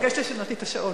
אני מבקשת שתעדכן את השעון.